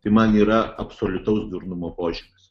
tai man yra absoliutaus durnumo požymis